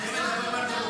צריכים כבר לדעת את זה.